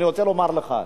אני רוצה לומר לך: